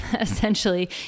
Essentially